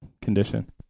condition